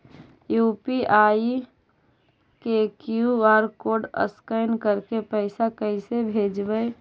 UPI के QR code scan करके पैसा कैसे भेजबइ?